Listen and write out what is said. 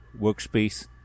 workspace